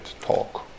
talk